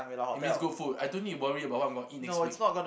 it means good food I don't need to worry about what I'm gonna eat next week